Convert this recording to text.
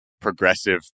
progressive